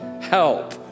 help